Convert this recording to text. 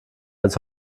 als